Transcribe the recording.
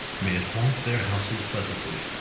may it haunt their houses pleasantly,